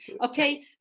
Okay